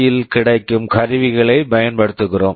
org இல் கிடைக்கும் கருவிகளைப் பயன்படுத்துகிறோம்